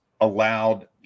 allowed